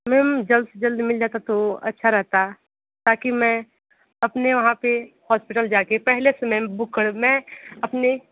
ma'am जल्द से जल्द मिल जाता तो अच्छा रहता ताकि मैं अपने वहाँ पे हॉस्पिटल जाके पहले समय बुक कर मैं अपने